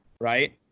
right